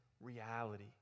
reality